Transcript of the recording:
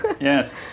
Yes